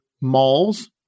malls